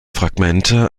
fragmente